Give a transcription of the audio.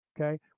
okay